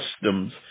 customs